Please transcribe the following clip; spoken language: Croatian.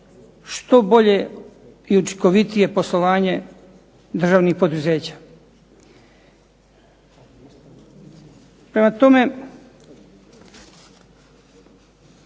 što bolje i učinkovitije poslovanje državnih poduzeća. Prema tome,